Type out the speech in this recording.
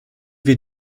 wir